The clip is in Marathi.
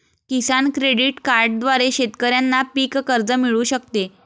किसान क्रेडिट कार्डद्वारे शेतकऱ्यांना पीक कर्ज मिळू शकते